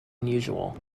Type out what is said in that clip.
unusual